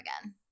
again